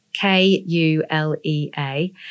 K-U-L-E-A